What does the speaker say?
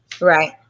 right